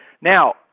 Now